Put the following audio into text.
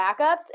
backups